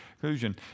conclusion